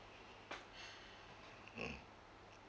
mm